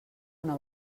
una